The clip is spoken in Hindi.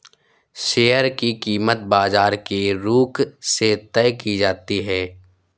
शेयर की कीमत बाजार के रुख से तय की जाती है